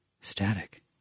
Static